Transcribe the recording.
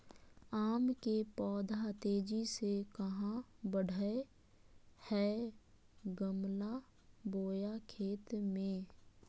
आम के पौधा तेजी से कहा बढ़य हैय गमला बोया खेत मे?